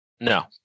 No